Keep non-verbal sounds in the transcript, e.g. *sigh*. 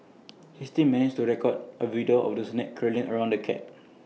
*noise* he still managed to record A video of the snake curling around the cat *noise*